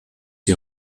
die